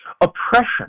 oppression